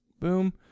boom